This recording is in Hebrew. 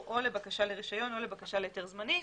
או לבקשה לרישיון או לבקשה להיתר זמני,